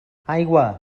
aigua